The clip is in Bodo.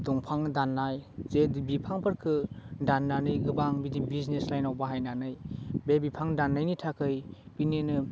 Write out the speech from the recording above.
दंफां दान्नाय जे बिफांफोरखो दाननानै गोबां बिदि बिजनेस लाइनाव बाहायनानै बे बिफां दान्नायनि थाखै बिनिनो